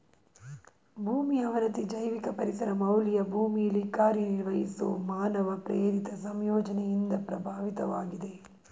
ಭೂಮಿ ಅವನತಿ ಜೈವಿಕ ಪರಿಸರ ಮೌಲ್ಯ ಭೂಮಿಲಿ ಕಾರ್ಯನಿರ್ವಹಿಸೊ ಮಾನವ ಪ್ರೇರಿತ ಸಂಯೋಜನೆಯಿಂದ ಪ್ರಭಾವಿತವಾಗಿದೆ